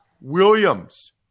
Williams